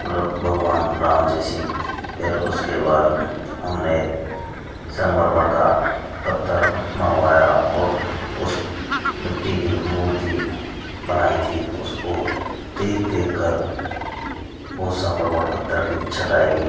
रब भगवान राम जैसी फिर उसके बाद हमने संगमरमर का पत्थर मँगवाया और उस मिट्टी की मूर्ति बनाई थी उसको देख देख कर वह संगमरमर पत्थर की छँटाई की